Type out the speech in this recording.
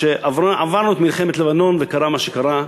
כשעברנו את מלחמת לבנון וקרה מה שקרה,